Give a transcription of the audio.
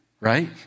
Right